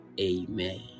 amen